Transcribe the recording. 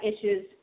issues